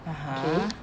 (uh huh)